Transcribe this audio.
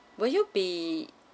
will you be